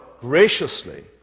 graciously